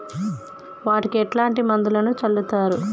వాటికి ఎట్లాంటి మందులను చల్లుతరు?